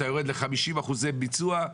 אתה יורד ל-50% ביצוע,